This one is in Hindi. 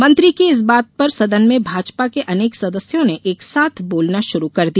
मंत्री की इस बात पर सदन में भाजपा के अनेक सदस्यों ने एकसाथ बोलना शुरू कर दिया